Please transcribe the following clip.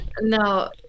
No